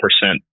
percent